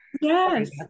Yes